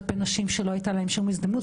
כלפי נשים שלא הייתה להם שום הזדמנות.